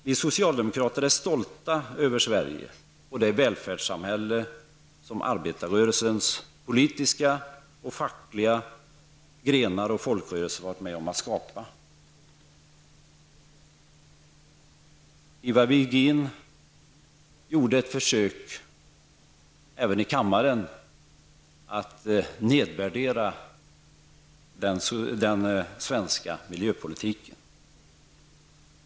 Vi socialdemokrater är stolta över Sverige och det välfärdssamhälle som arbetarrörelsens politiska och fackliga grenar och folkrörelser har varit med om att skapa. Ivar Virgin gjorde ett försök att här i kammaren nedvärdera den svenska miljöpolitiken.